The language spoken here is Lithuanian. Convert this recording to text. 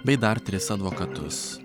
bei dar tris advokatus